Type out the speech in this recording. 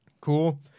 Cool